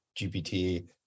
GPT